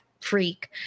freak